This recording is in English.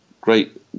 great